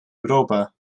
europa